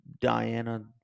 Diana